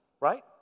right